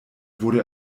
wurde